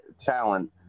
talent